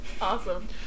awesome